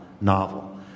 novel